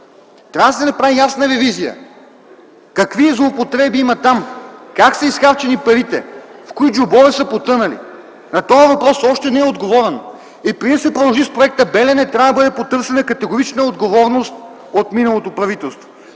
Трябва да се направи ясна ревизия какви злоупотреби има там, как са изхарчени парите, в кои джобове са потънали. На тоя въпрос още не е отговорено. Преди да се продължи с Проекта „Белене” трябва да бъде потърсена категорична отговорност от миналото правителство,